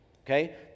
Okay